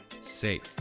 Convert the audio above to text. safe